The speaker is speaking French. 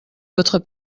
votre